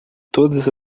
todas